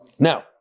Now